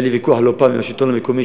היה לי ויכוח לא פעם עם השלטון המקומי,